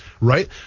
right